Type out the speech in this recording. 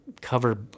cover